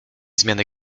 zmiany